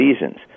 seasons